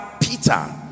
peter